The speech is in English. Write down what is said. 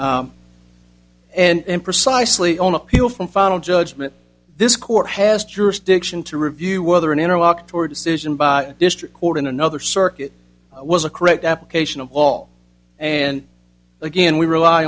wrong and precisely on appeal from final judgment this court has jurisdiction to review whether an inner walked or decision by district court in another circuit was a correct application of all and again we rely